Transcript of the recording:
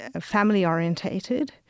family-orientated